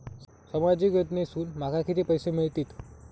सामाजिक योजनेसून माका किती पैशे मिळतीत?